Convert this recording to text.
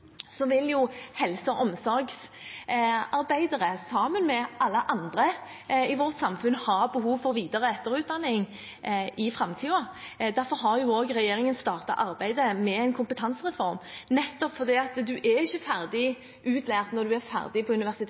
Så vil helse- og omsorgsarbeidere, sammen med alle andre i vårt samfunn, ha behov for videre- og etterutdanning i framtiden. Derfor har regjeringen startet arbeidet med en kompetansereform – nettopp fordi man ikke er ferdig utlært når man er ferdig på universitetet.